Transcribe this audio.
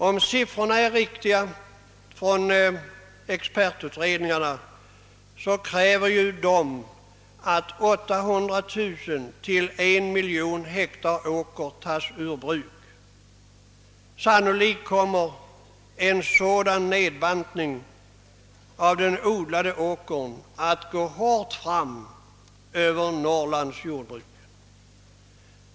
Om expertutredningarnas siffror är riktiga, krävs det att 800 000—1 000 000 hektar åker tas ur bruk. Sannolikt kommer en sådan nedbantning av den odlade åkern att gå hårt fram över Norrlands jordbruk.